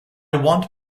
want